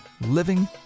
living